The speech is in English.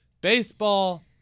Baseball